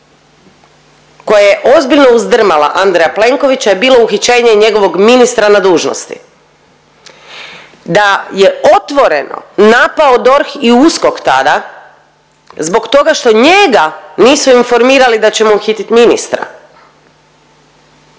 koja je ozbiljno uzdrmala Andreja Plenkovića je bilo uhićenje njegovog ministra na dužnosti, da je otvoreno napao DORH i USKOK tada zbog toga što njega nisu informirali da će mu uhitit ministra.